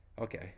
okay